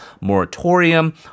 moratorium